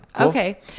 okay